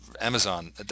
Amazon